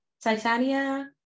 Titania